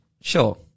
Sure